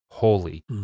holy